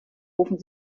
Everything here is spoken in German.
rufen